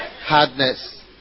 Hardness